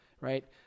right